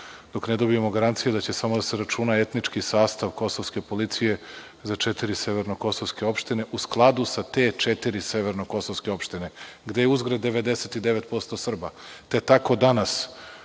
dok ne dobijemo garancije da će samo da se računa etnički sastav kosovske policije za četiri severnokosovske opštine u skladu sa te četiri severnokosovske opštine, gde je uzgred 99% Srba. Tako danas